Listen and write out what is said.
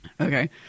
Okay